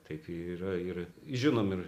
taip yra ir žinom ir